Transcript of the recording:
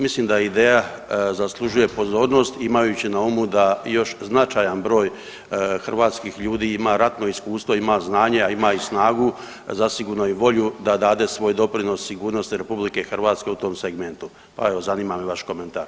Mislim da ideja zaslužuje pozornost imajući na umu da još značajan broj hrvatskih ljudi ima ratno iskustvo, ima znanje, a ima i snagu, zasigurno i volju da dade svoj doprinos sigurnosti RH u tom segmentu, pa evo zanima me vaš komentar.